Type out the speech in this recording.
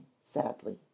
sadly